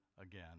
again